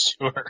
Sure